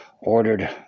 ordered